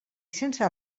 sense